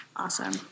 awesome